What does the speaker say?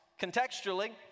contextually